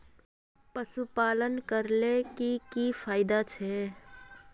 पशुपालन करले की की फायदा छे?